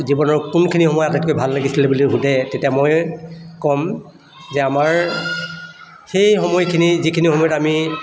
জীৱনৰ কোনখিনি সময় আটাইতকৈ ভাল লাগিছিল বুলি সোধে তেতিয়া মই ক'ম যে আমাৰ সেই সময়খিনি যিখিনি সময়ত আমি